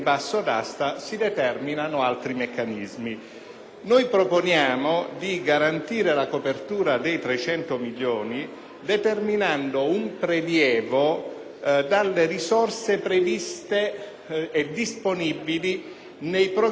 Noi proponiamo di garantire la copertura dei 300 milioni determinando un prelievo dalle risorse previste e disponibili nei programmi che finanziano la singola opera;